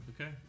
Okay